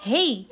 Hey